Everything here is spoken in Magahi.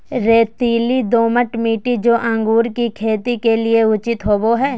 रेतीली, दोमट मिट्टी, जो अंगूर की खेती के लिए उचित होवो हइ